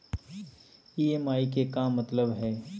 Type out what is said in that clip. EMI के का मतलब हई?